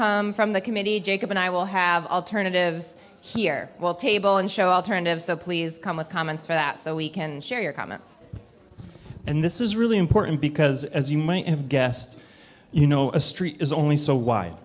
come from the committee jacob and i will have alternatives here well table and show alternatives please come with comments for that so we can share your comments and this is really important because as you might have guessed you know a street is only so w